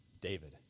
David